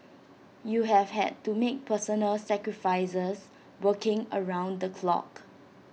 you have had to make personal sacrifices working around the clock